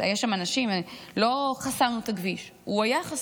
היו שם אנשים, לא חסמנו את הכביש, הוא היה חסום,